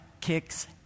kicks